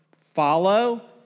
follow